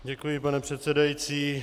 Děkuji, pane předsedající.